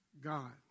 God